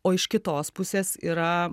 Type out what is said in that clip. o iš kitos pusės yra